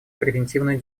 превентивную